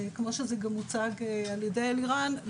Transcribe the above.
כמו שזה גם הוצג על-ידי אלירן,